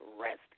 rest